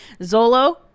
zolo